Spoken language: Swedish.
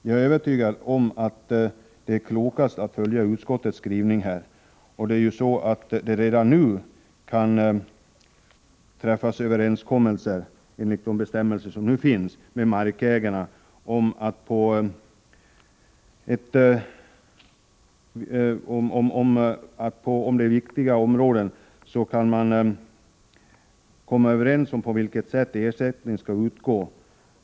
Jag är övertygad om att det är klokast att följa utskottets skrivning härvidlag. Redan enligt nuvarande bestämmelser kan man ju, om det gäller viktiga områden — träffa överenskommelse med markägarna om på vilket sätt ersättning skall utgå.